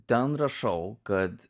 ten rašau kad